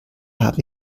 habe